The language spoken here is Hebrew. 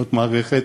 זו מערכת